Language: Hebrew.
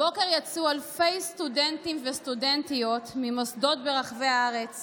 הבוקר יצאו אלפי סטודנטים וסטודנטיות ממוסדות ברחבי הארץ